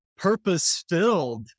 purpose-filled